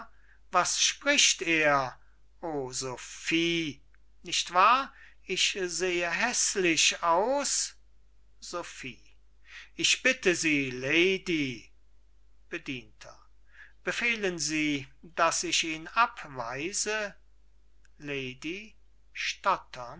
was spricht er o sophie nicht wahr ich sehe häßlich aus sophie ich bitte sie lady bedienter befehlen sie daß ich ihn abweise lady